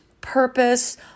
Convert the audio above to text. purpose